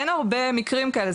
אין הרבה מקרים כאלה,